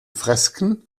fresken